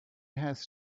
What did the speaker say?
has